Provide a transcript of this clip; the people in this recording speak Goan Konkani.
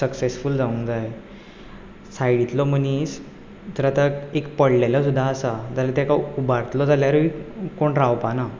सक्सेसफूल जावूंक जाय सायडींतलो मनीस जर आतां एक पडलेलो सुद्दां आसा जाल्यार तेका उबारतलो जाल्यारूय कोण रावपाना